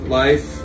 life